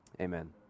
amen